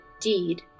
deed